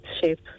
shape